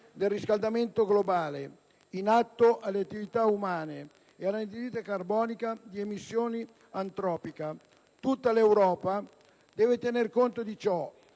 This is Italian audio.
del riscaldamento globale in atto alle attività umane e all'anidride carbonica di emissione antropica, tutta l'Europa deve tenere conto di ciò,